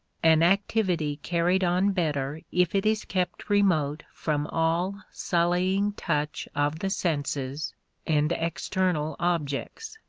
an activity carried on better if it is kept remote from all sullying touch of the senses and external objects.